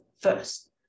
first